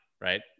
right